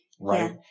right